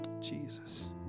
Jesus